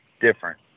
different